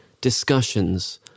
discussions